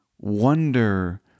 wonder